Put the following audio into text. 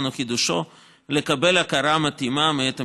או חידושו לקבל הכרה מתאימה מאת המשרד.